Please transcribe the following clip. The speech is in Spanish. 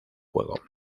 juego